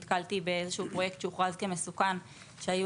נתקלתי באיזשהו פרויקט שהוכרז כמסוכן והיו